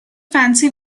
fancy